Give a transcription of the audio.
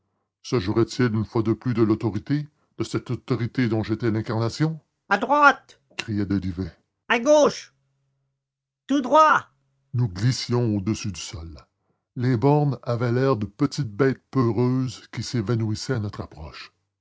se jouerait-il une fois de plus de l'autorité de cette autorité dont j'étais l'incarnation à droite criait delivet à gauche tout droit nous glissions au-dessus du sol les bornes avaient l'air de petites bêtes peureuses qui s'évanouissaient à notre approche